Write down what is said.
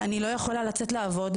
אני לא יכולה לצאת לעבוד,